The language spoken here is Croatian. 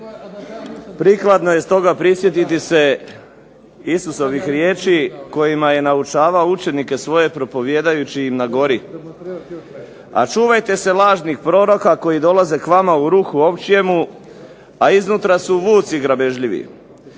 prikladno je stoga prisjetiti se Isusovih riječi kojima je naučavao učenike svoje propovijedajući im na gori a čuvajte se lažnih proroka koji dolaze k vama u ruhu ovčjemu, a iznutra su vuci grabežljivi.